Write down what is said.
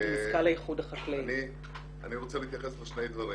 אני רוצה להתייחס לשני דברים.